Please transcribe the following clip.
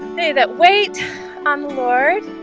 they that wait on the lord